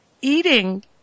eating